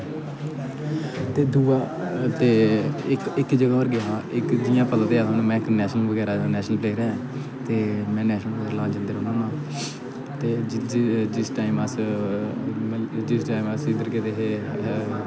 दूआ ते इक जगहा पर गेआ जियां पता ते ऐ तुसेंगी में नेशनल बगैरा दा नेशनल प्लेयर हां ते जिस टाइम अस इधर गेदे हे